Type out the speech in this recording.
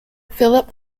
philip